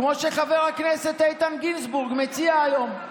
כמו שחבר הכנסת איתן גינזבורג מציע היום.